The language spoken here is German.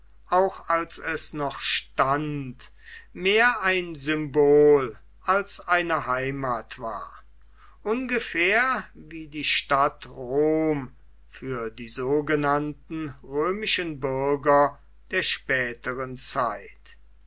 auch als es noch stand mehr ein symbol als eine heimat war ungefähr wie die stadt rom für die sogenannten römischen bürger der späteren zeit